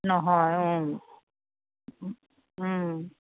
নহয়